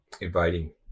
inviting